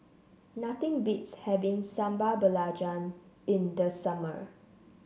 nothing beats having Sambal Belacan in the summer